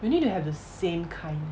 you need to have the same kind